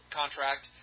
contract